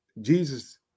Jesus